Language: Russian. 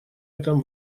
этом